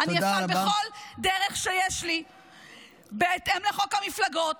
אני אפעל בכל דרך שיש לי בהתאם לחוק המפלגות